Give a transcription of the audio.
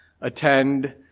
attend